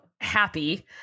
happy